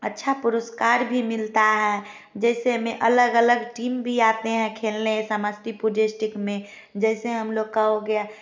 अच्छा पुरस्कार भी मिलता है जैसे में अलग अलग टीम भी आते है खेलने समस्तीपुर डिस्ट्रिक्ट में जैसे हम लोग का हो गया